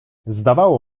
zdawało